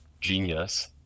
genius